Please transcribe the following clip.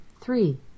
Three